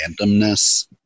randomness